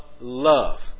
love